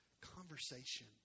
conversation